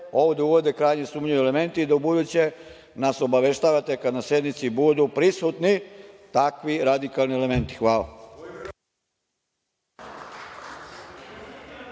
ovde uvode krajnje sumnjivi elementi i da ubuduće nas obaveštavate kad na sednici budu prisutni takvi radikalni elementi. Hvala.